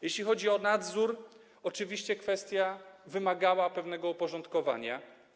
Jeśli chodzi o nadzór, to oczywiście kwestia ta wymagała pewnego uporządkowania.